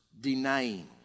denying